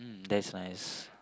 mm that's nice